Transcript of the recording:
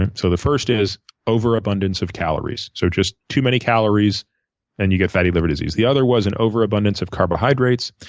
and so the first is over abundance of calories, so just too many calories and then you get fatty liver disease. the other was an overabundance of carbohydrates,